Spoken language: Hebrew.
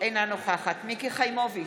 אינה נוכחת מיקי חיימוביץ'